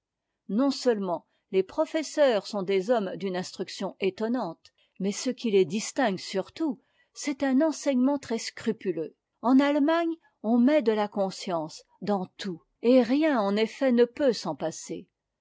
non seutement les professeurs sont des hommes d'une instruction étonnante mais ce qui les distingue surtout c'est un enseignement très scrupuleux en allemagne on met de la conscience dans tout et rien en effet ne peut s'en passer